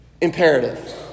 imperative